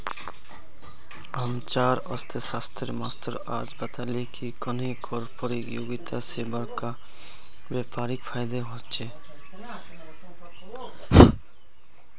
हम्चार अर्थ्शाश्त्रेर मास्टर आज बताले की कन्नेह कर परतियोगिता से बड़का व्यापारीक फायेदा होचे